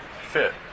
fit